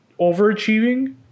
overachieving